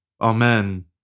Amen